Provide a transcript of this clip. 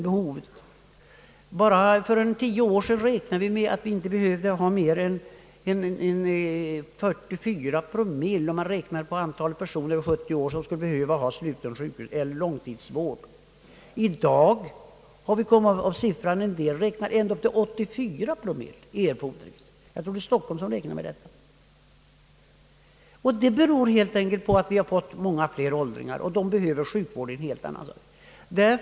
Bara för tio år sedan räknade vi med att cirka 44 promille av antalet personer över 70 år skulle behöva ha långtidsvård. I dag har vi kommit till högre siffror, och en del räknar med en siffra på ända upp till 84 promille — jag tror att det är Stockholm som räknar med denna siffra. Detta beror helt enkelt på att vi har fått många fler mycket gamla — och dessa behöver sjukvård i än större utsträckning.